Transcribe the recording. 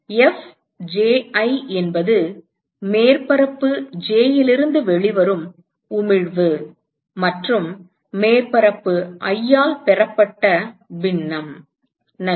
Fji என்பது மேற்பரப்பு j இலிருந்து வெளிவரும் உமிழ்வு மற்றும் மேற்பரப்பு i ஆல் பெறப்பட்ட பின்னம் நன்று